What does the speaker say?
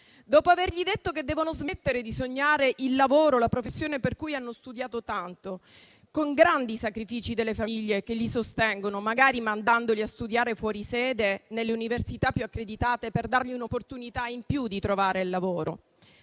dopo aver detto loro che devono smettere di sognare il lavoro e la professione per cui hanno studiato tanto, con grandi sacrifici delle famiglie che li sostengono, magari mandandoli a studiare fuori sede nelle università più accreditate, per dar loro un'opportunità in più di trovare il lavoro,